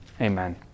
Amen